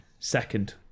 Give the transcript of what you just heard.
Second